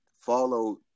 Follow